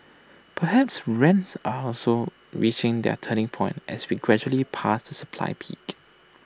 perhaps rents are also reaching their turning point as we gradually pass the supply peak